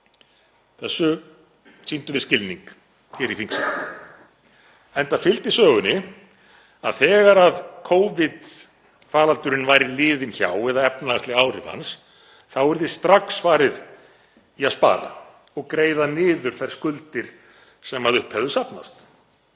Þessu sýndum við skilning hér í þingsal enda fylgdi sögunni að þegar Covid-faraldurinn væri liðinn hjá eða efnahagsleg áhrif hans þá yrði strax farið í að spara og greiða niður þær skuldir sem upp hefðu safnast.